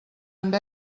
amb